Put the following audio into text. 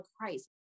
Christ